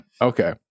Okay